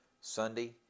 Sunday